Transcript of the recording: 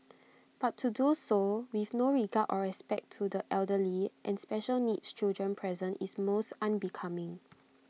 but to do so with no regard or respect to the elderly and special needs children present is most unbecoming